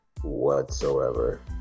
whatsoever